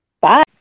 Bye